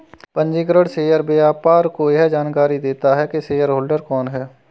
पंजीकृत शेयर व्यापार को यह जानकरी देता है की शेयरहोल्डर कौन है